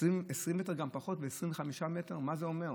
20 מ"ר וגם פחות, 25 מ"ר, מה זה אומר?